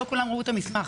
לא כולם ראו אותו,